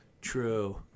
true